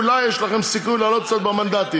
אולי יש לכם סיכוי לעלות קצת במנדטים.